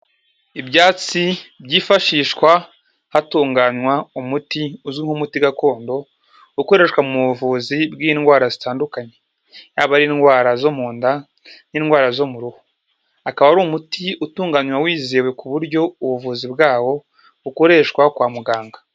Ibyatsi byifashishwa hatunganywa umuti uzwi nk'umuti gakondo, ukoreshwa mu buvuzi bw'indwara zitandukanye. Yaba ari indwara zo mu nda n'indwara zo mu ruhu. Akaba ari umuti utunganywa wizewe ku buryo ubuvuzi bwawo bukoreshwa kwa muganga.